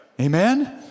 Amen